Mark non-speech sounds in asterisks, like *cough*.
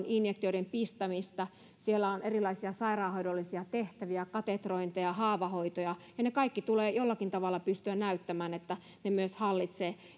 *unintelligible* injektioiden pistämistä siellä on erilaisia sairaanhoidollisia tehtäviä katetrointeja haavahoitoja ja tulee jollakin tavalla pystyä näyttämään että ne kaikki myös hallitsee